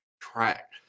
track